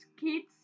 kids